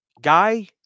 guy